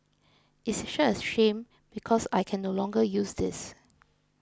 it's such a shame because I can no longer use this